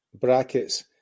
brackets